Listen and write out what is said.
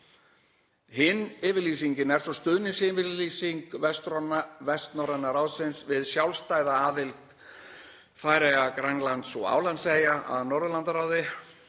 Hin yfirlýsingin er svo stuðningsyfirlýsing Vestnorræna ráðsins við sjálfstæða aðild Færeyja, Grænlands og Álandseyja að Norðurlandaráði.